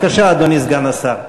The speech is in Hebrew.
בבקשה, אדוני סגן השר.